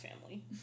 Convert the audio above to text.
family